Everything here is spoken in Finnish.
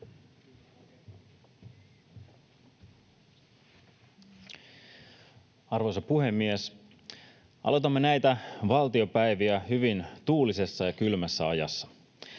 Arvoisa puhemies! Aloitamme näitä valtiopäiviä hyvin tuulisessa ja kylmässä ajassa.